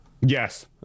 yes